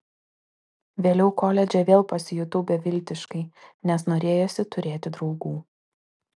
vėliau koledže vėl pasijutau beviltiškai nes norėjosi turėti draugų